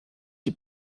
die